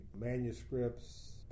manuscripts